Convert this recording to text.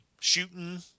shooting